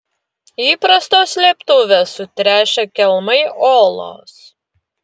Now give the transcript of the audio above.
įprastos slėptuvės sutręšę kelmai olos